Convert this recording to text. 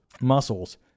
muscles